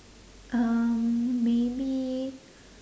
um maybe